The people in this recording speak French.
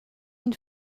une